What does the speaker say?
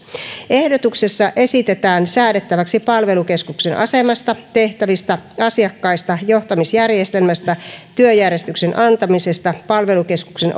ehdotuksessa esitetään säädettäväksi palvelukeskuksen asemasta tehtävistä asiakkaista johtamisjärjestelmästä työjärjestyksen antamisesta palvelukeskuksen